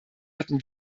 hatten